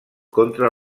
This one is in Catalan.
contra